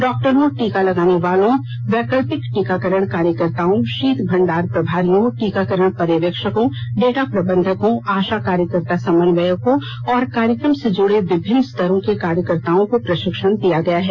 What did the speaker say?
डॉक्टरों टीका लगाने वालों वैकल्पिक टीकाकरण कार्यकर्ताओं शीत भंडार प्रभारियों टीकाकरण पर्यवेक्षकों डेटा प्रबंधकों आशा कार्यकर्ता समन्वयकों और कार्यक्रम से जुड़े विभिन्न स्तरों के कार्यकर्ताओं को प्रशिक्षण दिया गया है